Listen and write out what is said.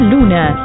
Luna